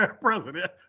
President